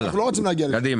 אנחנו לא רוצים להגיע לשם.